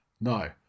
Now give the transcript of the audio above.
No